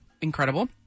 Incredible